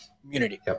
community